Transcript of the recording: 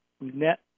net